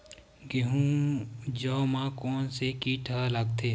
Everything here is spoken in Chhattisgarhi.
गेहूं अउ जौ मा कोन से कीट हा लगथे?